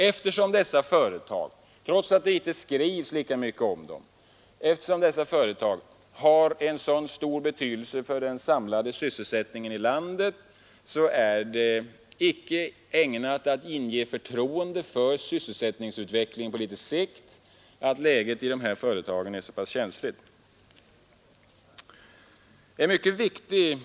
Eftersom dessa företag, trots att det inte skrivs lika mycket om dem, har så stor betydelse för den samlade sysselsättningen i landet, är det icke ägnat att inge förtroende för sysselsättningen på sikt att läget i dessa företag är så känsligt. Detta är viktigast av allt.